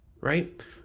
Right